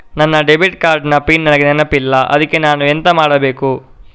ನನ್ನ debit card ನ PIN ನನಗೆ ನೆನಪಿಲ್ಲ ಅದ್ಕೆ ನಾನು ಎಂತ ಮಾಡಬೇಕು?